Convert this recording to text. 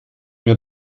mir